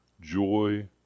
Joy